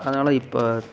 அதனால் இப்போ